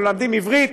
ומלמדים עברית,